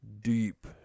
deep